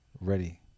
Ready